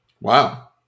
Wow